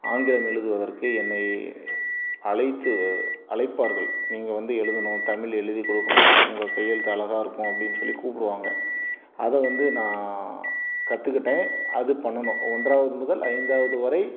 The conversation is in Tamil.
ஆங்கிலம் எழுதுவதற்கு என்னை அழைத்து அழைப்பார்கள் நீங்கள் வந்து எழுதணும் தமிழ் எழுதி கொடுக்கணும் உங்கள் கையெழுத்து அழகா இருக்கும் அப்படின்னு சொல்லி கூப்பிடுவாங்க அதை வந்து நான் கற்றுக்கிட்டேன் அது பண்ணணும் ஒன்றாவது முதல் ஐந்தாவது வரை